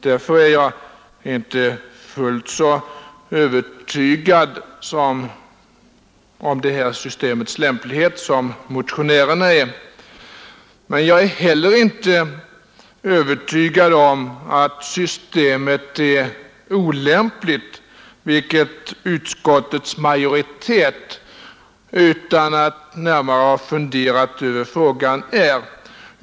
Därför är jag inte fullt så övertygad om det systemets lämplighet som motionärerna, men jag är heller inte övertygad om att systemet är olämpligt, vilket utskottets majoritet är utan att närmare ha funderat över frågan.